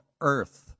Earth